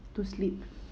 to sleep